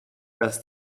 dass